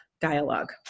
dialogue